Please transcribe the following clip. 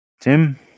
Tim